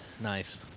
Nice